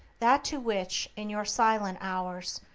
that to which, in your silent hours,